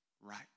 right